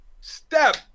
step